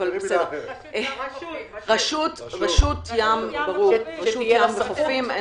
רשות ים וחופים.